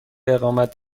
اقامت